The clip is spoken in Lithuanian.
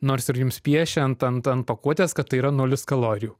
nors ir jums piešiant ant ant pakuotės kad tai yra nulis kalorijų